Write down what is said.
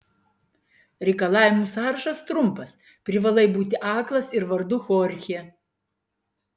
reikalavimų sąrašas trumpas privalai būti aklas ir vardu chorchė